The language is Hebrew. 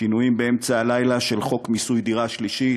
שינויים באמצע הלילה של חוק מיסוי דירה שלישית,